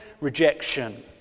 rejection